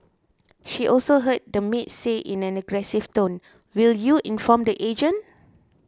she also heard the maid say in an aggressive tone will you inform the agent